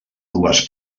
dues